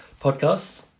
podcasts